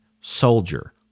soldier